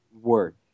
word